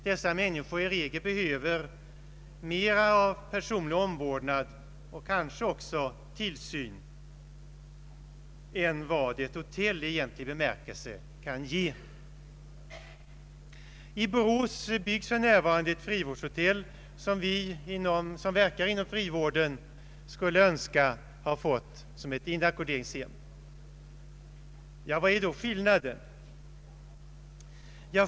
Dessa människor behöver ofta mera personlig omvårdnad och kanske även tillsyn än vad ett hotell i egentlig bemärkelse kan ge. I Borås byggs för närvarande ett frivårdshotell, vilket vi som verkar inom frivården där skulle önska som ett inackorderingshem. Vad är då skillnaden?